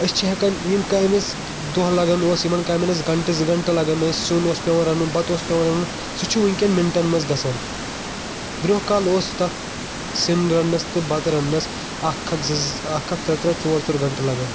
أسۍ چھِ ہٮ۪کان یِم کامہِ دوہ لگان اوس یِمن کامیٚن اَسہِ گنٛٹہٕ زٕ گنٛٹہٕ لگان ٲسۍ سیُن اوس پیٚوان رَنُن بَتہٕ اوس پیٚوان رَنُن سُہ چھُ ؤنٛکیٚن مِنٹن منٛز گژھا ن برۄنٛہہ کالہٕ اوس تَتھ سیُن رَننٕس تہٕ بَتہٕ رَننَس اکھ اکھ زٕ ز اکھ اکھ ترٛے ترٛے ژور ژور گنٹہٕ لگان